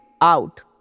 out